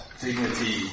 dignity